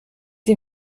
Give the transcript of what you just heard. die